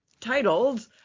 titled